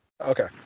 Okay